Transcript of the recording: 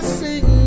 sing